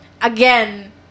again